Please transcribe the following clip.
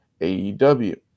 AEW